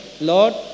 Lord